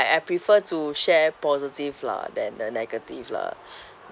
I I prefer to share positive lah than the negative lah